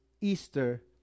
Easter